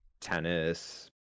tennis